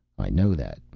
i know that,